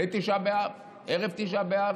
זה מוצאי תשעה באב, בערב תשעה באב,